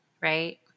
right